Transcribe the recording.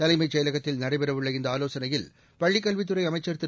தலைமைச் செயலகத்தில் நடைபெற உள்ள இந்த ஆலோசனையில் பள்ளிக்கல்வித்துறை அமைச்ச் திரு